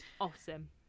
awesome